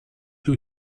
who